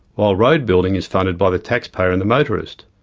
while road building is funded by the tax payer and the motorist.